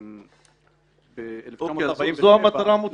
ב-1947 כנקמה --- אוקיי, זו המטרה המוצהרת?